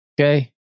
Okay